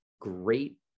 great